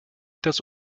das